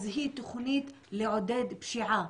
אז היא תוכנית לעודד פשיעה.